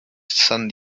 san